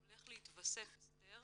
הולך להתווסף אסתר